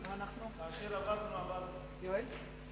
כאשר אבדנו אבדנו.